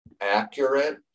accurate